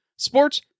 Sports